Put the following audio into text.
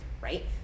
right